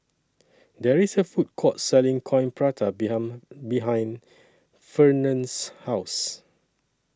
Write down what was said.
There IS A Food Court Selling Coin Prata behind behind Fernand's House